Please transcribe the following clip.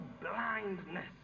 blindness